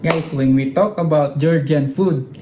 we talk about georgian food